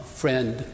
friend